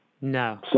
No